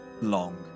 long